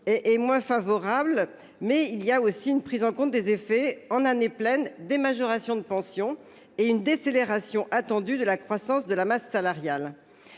est moins favorable mais il y a aussi une prise en compte des effets en année pleine des majorations de pensions et une décélération attendue de la croissance de la masse salariale.